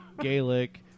Gaelic